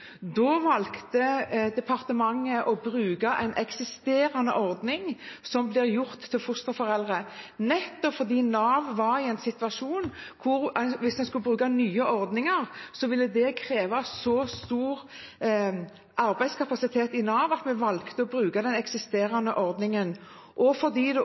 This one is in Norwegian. Da valgte departementet å bruke en eksisterende ordning for fosterforeldre. Hvis en skulle bruke nye ordninger, ville det kreve en svært stor arbeidskapasitet i Nav, så vi valgte å bruke den eksisterende ordningen. Det var også et behov for å sikre arbeidskraft til spesielt landbruket innen kort tid. Det var begrunnelsen for den tjenesten og